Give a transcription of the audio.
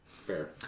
fair